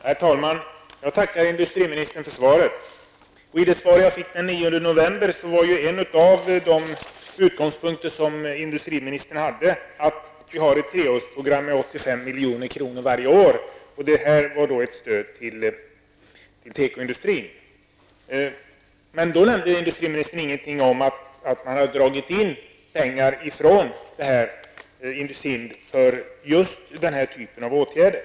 Herr talman! Jag tackar industriministern för svaret. I det interpellationssvar jag fick den 9 november var en av de utgångspunkter som industriministern hade att vi har ett treårsprogram med 85 milj.kr. varje år som ett stöd till tekoindustrin. Vid det tillfället nämnde industriministern ingenting om att han dragit in pengar från anslaget för just den typen av åtgärder.